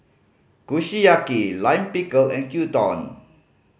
Kushiyaki Lime Pickle and Gyudon